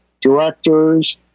directors